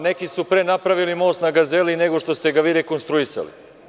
Neki su pre napravili most na Gazeli nego što ste ga vi rekonstruisali.